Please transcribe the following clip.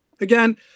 again